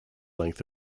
length